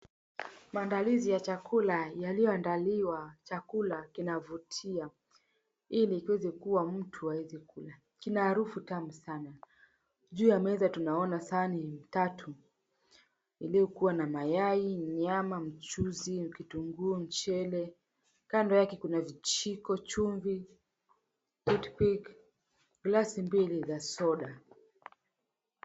Maandalizi ya chakula yaliyoandaliwa chakula kinavutia ili kiweze kuwa mtu aweze kula. Kina harufu tamu sana. Juu ya meza tunaona sahani tatu iliyokuwa na mayai, nyama, mchuzi, kitunguu, mchele. Kando yake kuna vichiko, chumvi toothpick glasi mbili za soda.